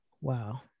Wow